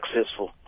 successful